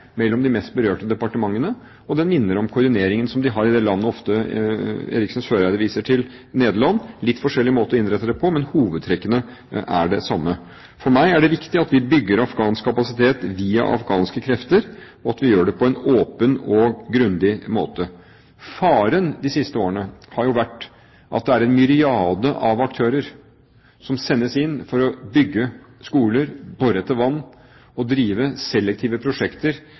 mellom de mest berørte departementene. Det minner om koordineringen som de har i det landet som Eriksen Søreide ofte viser til, nemlig Nederland. Det er en litt forskjellig måte å innrette det på, men hovedtrekkene er de samme. For meg er det viktig at vi bygger afghansk kapasitet via afghanske krefter, og at vi gjør det på en åpen og grundig måte. Faren de siste årene har jo vært at det er en myriade av aktører som sendes inn for å bygge skoler, bore etter vann og drive selektive prosjekter